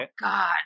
God